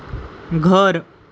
घर